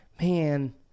man